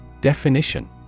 Definition